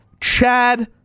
Chad